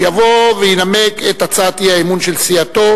שיבוא וינמק את הצעת האי-אמון של סיעתו,